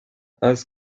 has